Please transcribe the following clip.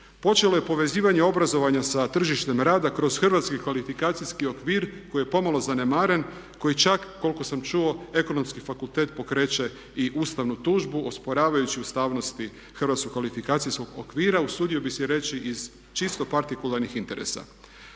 Počelo je povezivanje obrazovanja sa tržištem rada kroz hrvatski kvalifikacijski okvir koji je pomalo zanemaren, koji čak koliko sam čuo Ekonomski fakultet pokreće i ustavnu tužbu, osporavajući ustavnosti hrvatskog kvalifikacijskog okvira usudio bih se reći iz čisto partikularnih interesa.